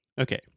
Okay